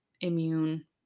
immune